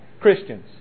Christians